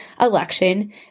election